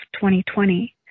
2020